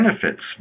benefits